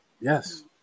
Yes